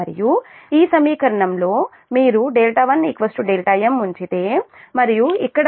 మరియు ఈ సమీకరణంలో మీరు 1 δm ఉంచితే మరియు ఇక్కడ కూడా δm π 0